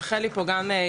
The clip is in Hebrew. הנה רחלי פה גם,